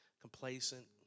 complacent